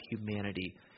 humanity